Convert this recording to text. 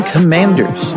Commanders